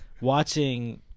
watching